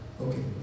Okay